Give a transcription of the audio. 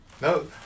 No